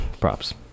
Props